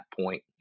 point